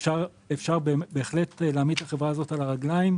אפשר להעמיד את החברה על הרגליים,